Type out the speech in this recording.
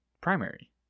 primary